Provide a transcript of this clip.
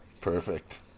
Perfect